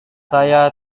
saya